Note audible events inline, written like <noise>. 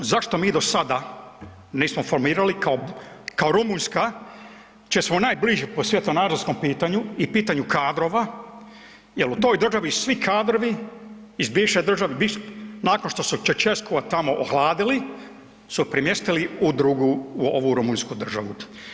Zašto mi do sada nismo formirali, kao Rumunjska, .../nerazumljivo/... najbliži po svjetonazorskom pitanju i pitanju kadrova jer u toj državi svi kadrovi iz bivše države, nakon što su ... <unintelligible> tamo ohladili su premjestili u drugu ovu rumunjsku državu.